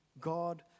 God